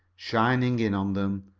shining in on them,